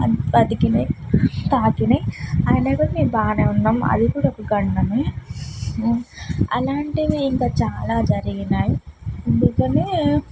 అతికినాయి తాకినాయి అయినా కానీ మేము బాగానే ఉన్నాం అది కూడా ఒక గండమే అలాంటివి ఇంకా చాలా జరిగినాయి అందుకనే